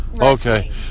Okay